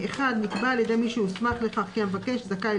נקבע על ידימי שהוסמך לכך כי המבקש זכאי